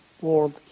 world